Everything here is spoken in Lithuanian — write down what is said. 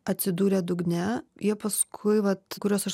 atsidūrė dugne jie paskui vat kuriuos aš